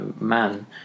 man